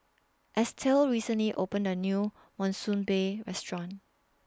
Estelle recently opened A New Monsunabe Restaurant